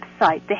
website